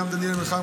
גם דניאל חמו,